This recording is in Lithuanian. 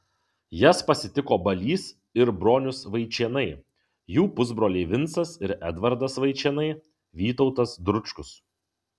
jas pasitiko balys ir bronius vaičėnai jų pusbroliai vincas ir edvardas vaičėnai vytautas dručkus